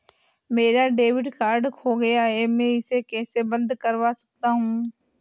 मेरा debit card खो गया है मैं इसे कैसे बंद करवा सकता हूँ?